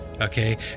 Okay